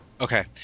okay